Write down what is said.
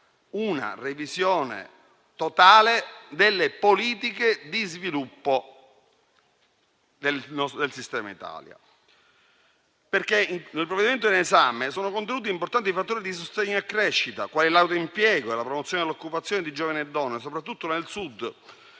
Grazie a tutti.